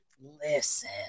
Listen